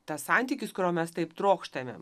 tas santykis kurio mes taip trokštame